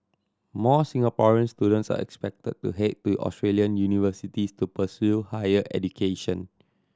more Singaporeans students are expected to head to Australian universities to pursue higher education